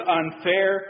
unfair